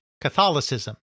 Catholicism